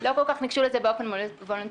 לא כל-כך ניגשו לזה באופן וולונטרי.